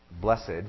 Blessed